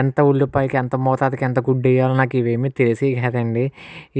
ఎంత ఉల్లిపాయకి ఎంత మోతాదుకు ఎంత గుడ్డు వెయ్యాలో నాకు ఇవేమీ తెలిసేవి కాదు అండి